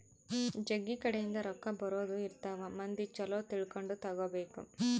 ಜಗ್ಗಿ ಕಡೆ ಇಂದ ರೊಕ್ಕ ಬರೋದ ಇರ್ತವ ಮಂದಿ ಚೊಲೊ ತಿಳ್ಕೊಂಡ ತಗಾಬೇಕು